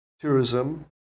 tourism